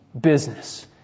business